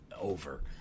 over